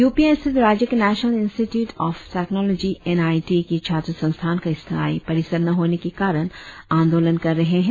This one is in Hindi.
यूपिया स्थित राज्य के national institute of technology N I T की छात्र संस्थान का स्थायी परिसर न होने की कारण आंदोलन कर रहे है